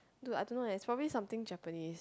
dude I don't know eh it's probably something Japanese